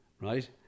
right